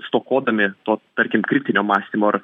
stokodami to tarkim kritinio mąstymo ar